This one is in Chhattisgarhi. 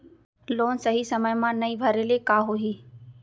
लोन सही समय मा नई भरे ले का होही?